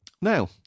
Now